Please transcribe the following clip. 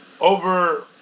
over